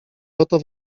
oto